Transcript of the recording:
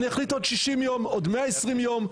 ואני אחליט בעוד 60 יום או בעוד 120 יום,